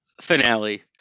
finale